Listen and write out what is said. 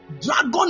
dragon